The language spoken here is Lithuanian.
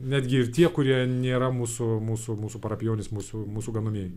netgi ir tie kurie nėra mūsų mūsų mūsų parapijietis mūsų mūsų gaminiai